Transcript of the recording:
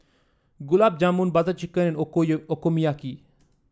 Gulab Jamun Butter Chicken Okonomiyaki